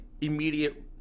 immediate